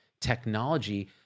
technology